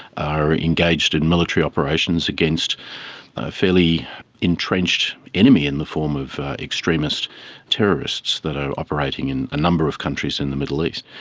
are engaged in military operations against a fairly entrenched enemy in the form of extremist terrorists that are operating in a number of countries in the middle east.